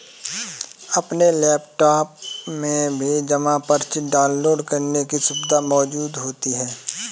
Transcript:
अपने लैपटाप में भी जमा पर्ची डाउनलोड करने की सुविधा मौजूद होती है